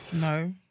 No